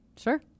Sure